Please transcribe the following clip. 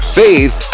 faith